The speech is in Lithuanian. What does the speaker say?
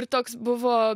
ir toks buvo